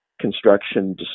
construction